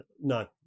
No